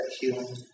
healing